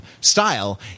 style